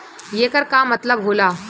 येकर का मतलब होला?